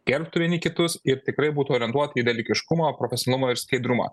gerbtų vieni kitus ir tikrai būtų orientuoti į dalykiškumą profesionalumą ir skaidrumą